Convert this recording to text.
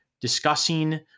discussing